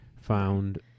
found